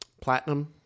platinum